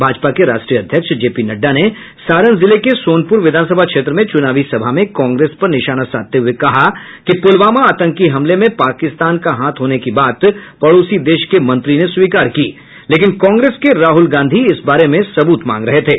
भाजपा के राष्ट्रीय अध्यक्ष जेपी नड्डा ने सारण जिले के सोनपुर विधानसभा क्षेत्र में चुनावी सभा में कांग्रेस पर निशाना साधते हुए कहा कि पुलवामा आतंकी हमले में पाकिस्तान का हाथ होने की बात पड़ोसी देश के मंत्री ने स्वीकार की लेकिन कांग्रेस के राहुल गांधी इस बारे में सबूत मांग रहे थे